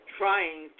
trying